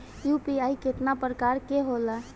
UPI केतना प्रकार के होला?